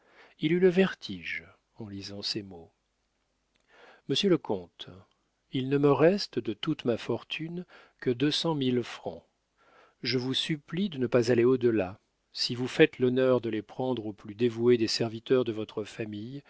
il eut le vertige en lisant ces mots monsieur le comte il ne me reste de toute ma fortune que deux cent mille francs je vous supplie de ne pas aller au delà si vous faites l'honneur de les prendre au plus dévoué des serviteurs de votre famille